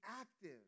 active